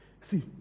See